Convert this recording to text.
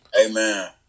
Amen